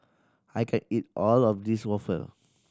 I can't eat all of this waffle